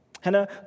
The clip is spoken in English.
Hannah